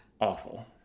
awful